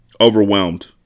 overwhelmed